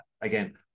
again